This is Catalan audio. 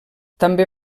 també